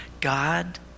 God